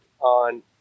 on